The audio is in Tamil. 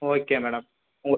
ஓகே மேடம் உங்கள்